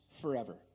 forever